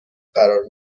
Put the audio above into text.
قرار